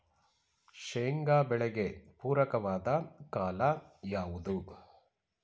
ಶೇಂಗಾ ಬೆಳೆಗೆ ಪೂರಕವಾದ ಕಾಲ ಯಾವುದು?